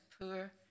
poor